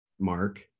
mark